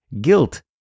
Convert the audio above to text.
Guilt